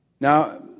Now